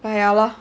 ya lor